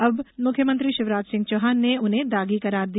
अब मुख्यमंत्री शिवराज सिंह चौहान ने उन्हें दागी करार दिया